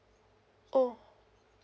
oh